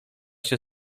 się